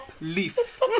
leaf